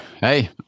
Hey